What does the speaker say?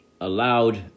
allowed